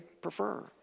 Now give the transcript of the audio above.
prefer